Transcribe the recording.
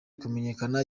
kumenyekana